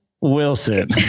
Wilson